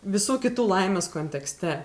visų kitų laimės kontekste